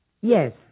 Yes